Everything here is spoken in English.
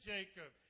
Jacob